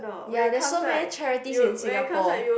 ya there's so many charity in Singapore